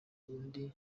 burundi